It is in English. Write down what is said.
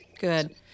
Good